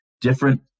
different